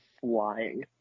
flying